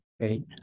Great